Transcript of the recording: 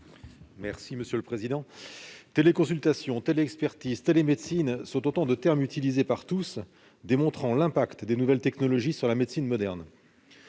M. Martin Lévrier. Téléconsultation, téléexpertise, télémédecine : autant de termes utilisés par tous, qui démontrent l'impact des nouvelles technologies sur la médecine moderne.